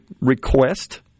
request